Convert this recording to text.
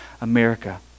America